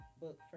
book